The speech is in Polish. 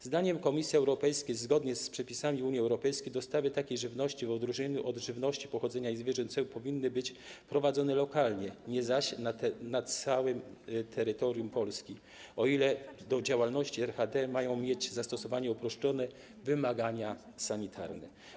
Zdaniem Komisji Europejskiej zgodnie z przepisami Unii Europejskiej dostawy takiej żywności w odróżnieniu od żywności pochodzenia niezwierzęcego powinny być prowadzone lokalnie, nie zaś na całym terytorium Polski, o ile do działalności RHD mają mieć zastosowanie uproszczone wymagania sanitarne.